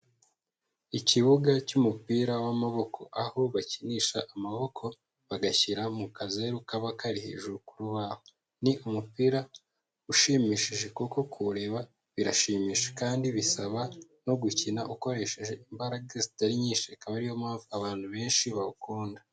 Ikibuga cy'umupira w'amaboko, aho bakinisha amaboko bagashyira mu kazeru kaba kari hejuru ku rubaho. Ni umupira ushimishije kuko kurewureba birashimisha kandi bisaba no gukina ukoresheje imbaraga zitari nyinshi, akaba ariyo mpamvu abantu benshi bawukunda.